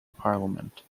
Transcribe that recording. parliament